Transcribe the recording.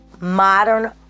modern